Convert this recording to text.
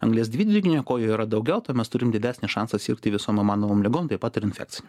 anglies dvideginio kuo jo yra daugiau tuo mes turim didesnį šansą sirgti visom įmanomom ligom taip pat ir infekcinėm